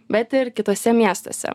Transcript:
bet ir kituose miestuose